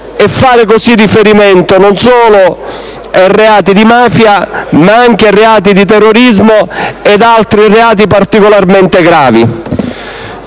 facendo riferimento non solo ai reati di mafia ma anche a quelli di terrorismo e ad altri particolarmente gravi.